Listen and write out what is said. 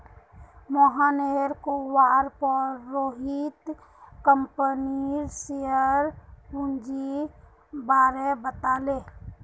मोहनेर कहवार पर रोहित कंपनीर शेयर पूंजीर बारें बताले